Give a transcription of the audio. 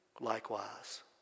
likewise